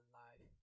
life